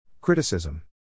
Criticism